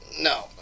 No